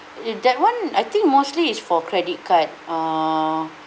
you that one I think mostly is for credit card uh